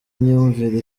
imyumvire